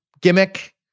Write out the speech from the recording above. gimmick